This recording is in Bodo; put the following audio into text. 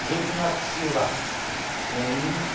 जिब जुनाद फिसियोब्ला नोंनि